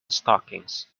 stockings